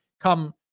come